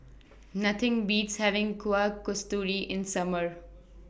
Nothing Beats having Kuih Kasturi in Summer